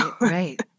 Right